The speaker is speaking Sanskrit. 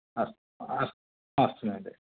अस्तु अस्तु अस्तु महोदय